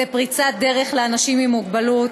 הוא פריצת דרך לאנשים עם מוגבלות,